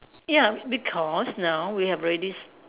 ya because now we have already s~